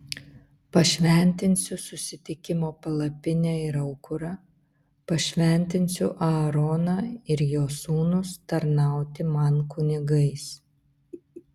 pašventinsiu susitikimo palapinę ir aukurą pašventinsiu aaroną ir jo sūnus tarnauti man kunigais